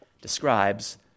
describes